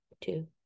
two